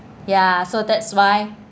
ya so that's why